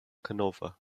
canova